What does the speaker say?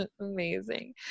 Amazing